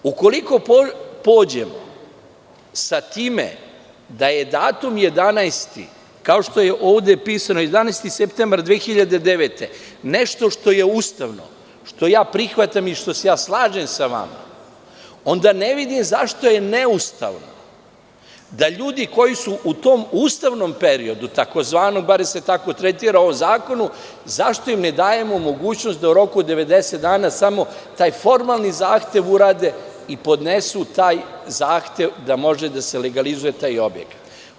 Ukoliko pođemo sa time da je datum 11. kao što je ovde pisano 11. septembar 2009. godine, nešto što je ustavno, što prihvatam i sa čime se slažem sa vama, onda ne vidim zašto je neustavno da ljudi koji su u tom ustavnom periodu, tzv. bar se tako tretira o zakonu, zašto im ne dajemo mogućnost da u roku od 90 dana samo taj formalni zahtev urade i podnesu taj zahtev da može da se legalizuje taj objekat.